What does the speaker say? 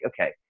okay